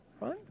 right